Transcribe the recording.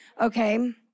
okay